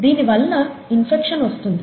దీని వల్ల ఇన్ఫెక్షన్ వస్తుంది